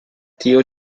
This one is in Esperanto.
tio